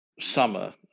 summer